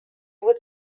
with